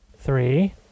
three